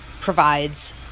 provides